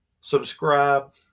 subscribe